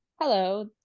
Hello